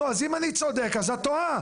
אז אם אני צודק אז את טועה,